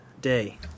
day